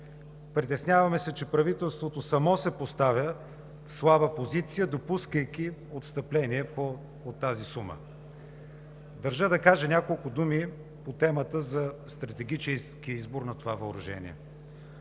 Притесняваме се, че правителството само се поставя в слаба позиция, допускайки отстъпление от тази сума. Държа да кажа няколко думи по темата за стратегическия избор на това въоръжение.